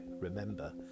remember